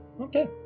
okay